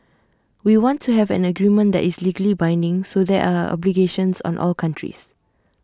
we want to have an agreement that is legally binding so there are obligations on all countries